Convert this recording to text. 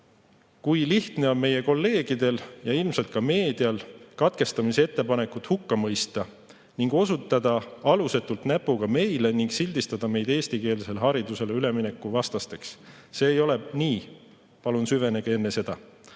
kui lihtne on meie kolleegidel ja ilmselt ka meedial katkestamise ettepanekut hukka mõista ning osutada alusetult näpuga meile ning sildistada meid eestikeelsele haridusele ülemineku vastasteks. See ei ole nii. Palun süvenege enne seda!